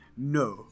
No